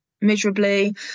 miserably